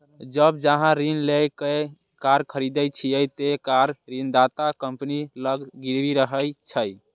जब अहां ऋण लए कए कार खरीदै छियै, ते कार ऋणदाता कंपनी लग गिरवी रहै छै